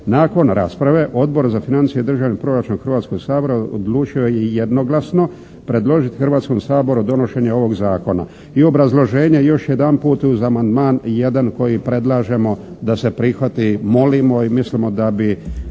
Nakon rasprave Odbor za financije i državni proračun Hrvatskog sabora odlučio je jednoglasno predložiti Hrvatskom saboru donošenje ovog zakona. I obrazloženje još jedanput uz amandman jedan koji predlažemo da se prihvati. Molimo i mislimo da bi